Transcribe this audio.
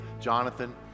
Jonathan